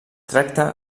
tracta